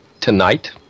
tonight